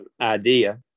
idea